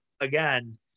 again